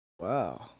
wow